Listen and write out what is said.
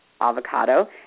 avocado